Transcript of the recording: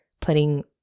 putting